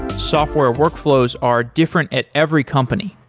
software workflows are different at every company.